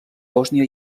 bòsnia